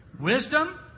Wisdom